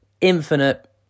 infinite